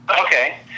Okay